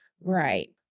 Right